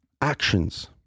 actions